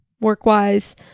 work-wise